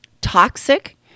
Toxic